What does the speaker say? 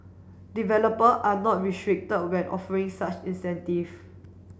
developer are not restricted when offering such incentive